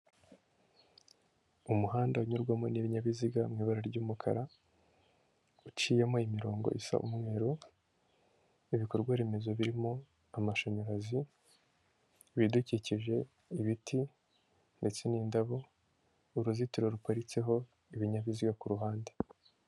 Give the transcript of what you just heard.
Umuhanda unyurwamo n'ibinyabiziga mu ibara ry'umukara, uciyemo imirongo isa umweru, ibikorwaremezo birimo amashanyarazi, ibidukikije, ibiti ndetse n'indabo, uruzitiro ruparitseho ibinyabiziga ku ruhande.